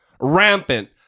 rampant